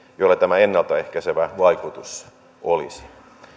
joilla tämä ennalta ehkäisevä vaikutus olisi